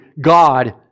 God